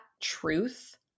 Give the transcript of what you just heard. truth